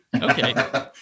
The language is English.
Okay